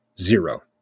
zero